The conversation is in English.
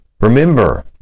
Remember